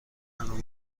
انعام